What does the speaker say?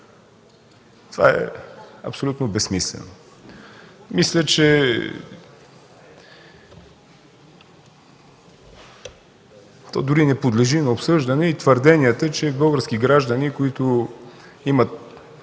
Това е абсолютно безсмислено. Мисля, че дори не подлежат на обсъждане и твърденията, че български граждани, които имат